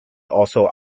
also